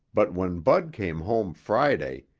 but when bud came home friday,